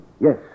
Yes